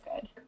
good